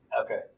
Okay